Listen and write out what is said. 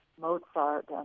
Mozart